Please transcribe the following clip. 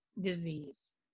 disease